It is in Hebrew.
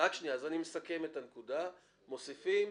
--- אז רק שנייה, אני מסכם את הנקודה: מוסיפים: